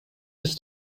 ist